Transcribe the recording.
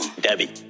Debbie